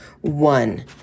one